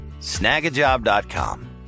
Snagajob.com